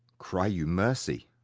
cry you mercy.